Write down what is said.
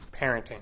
parenting